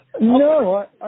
No